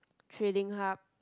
trading hub